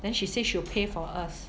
then she say she will pay for us